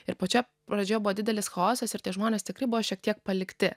ir pačioje pradžioje buvo didelis chaosas ir tie žmonės tikrai buvo šiek tiek palikti